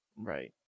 Right